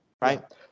Right